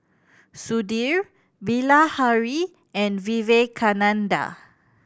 Sudhir Bilahari and Vivekananda